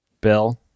Bill